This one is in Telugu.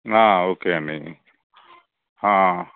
ఓకే అండి